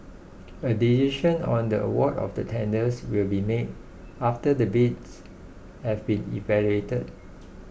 a decision on the award of the tenders will be made after the bids have been evaluated